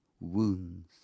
wounds